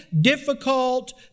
difficult